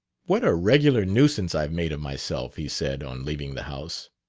what a regular nuisance i've made of myself! he said, on leaving the house.